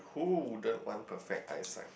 who wouldn't want perfect eyesight